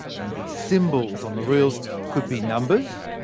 and the symbols on the reels could be numbers,